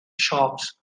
shops